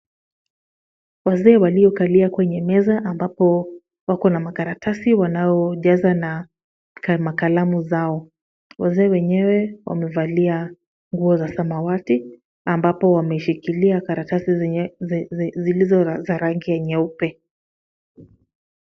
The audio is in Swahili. Wazee waliokalia kwenye meza ambapo wako na makaratasi, wanaojaza na makalamu zao. Wazee wenyewe wamevalia nguo za samawati, ambapo wameishikilia karatasi zenye zilizo za rangi ya nyeupe.